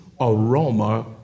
aroma